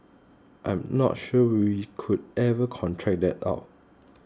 I am not sure we could ever contract that out